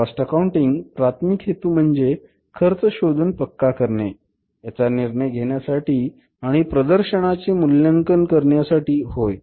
cost accounting प्राथमिक हेतू म्हणजे खर्च शोधून पक्का करणे याचा निर्णय घेण्यासाठी आणि प्रदर्शनाचे मूल्यांकन करण्यासाठी होय